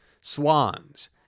swans